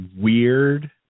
weird